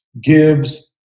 gives